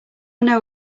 know